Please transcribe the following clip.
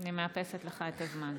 אני מאפסת לך את הזמן.